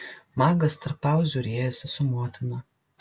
magas tarp pauzių riejasi su motina